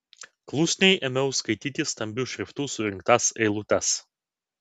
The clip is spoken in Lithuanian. klusniai ėmiau skaityti stambiu šriftu surinktas eilutes